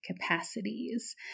capacities